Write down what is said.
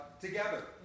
together